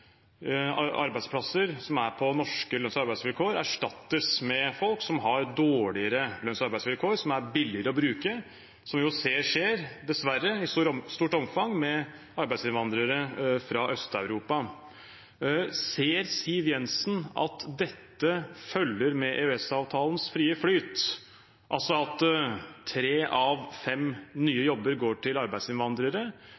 arbeidsplasser med norske lønns- og arbeidsvilkår erstattes med folk som har dårligere lønns- og arbeidsvilkår, som er billigere å bruke, som vi jo ser skjer – dessverre – i stort omfang med arbeidsinnvandrere fra Øst-Europa. Ser Siv Jensen at dette følger med EØS-avtalens frie flyt, altså at tre av fem